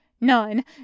None